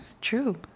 true